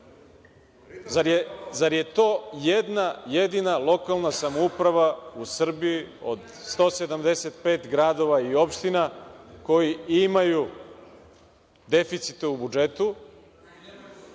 zar je to jedna jedina lokalna samouprava u Srbiji od 175 gradova i opština koji imaju deficite u budžetu